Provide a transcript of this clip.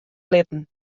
litten